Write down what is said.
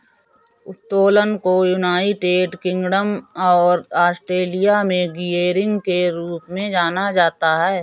उत्तोलन को United Kingdom और ऑस्ट्रेलिया में गियरिंग के रूप में जाना जाता है